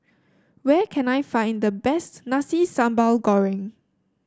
where can I find the best Nasi Sambal Goreng